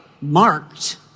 marked